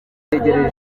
ibi